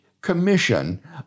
commission